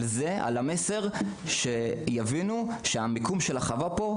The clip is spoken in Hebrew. כדי להעביר את המסר שמיקום החווה פה,